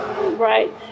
Right